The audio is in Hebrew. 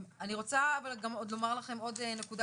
אני רוצה לומר לכם עוד נקודה,